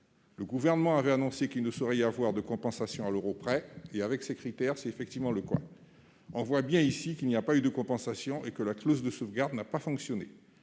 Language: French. Le Gouvernement a annoncé qu'il ne saurait y avoir de compensation à l'euro près ; avec ces critères, c'est en effet le cas. On voit bien qu'il n'y a pas eu de compensation et que la clause de sauvegarde n'a pas fonctionné.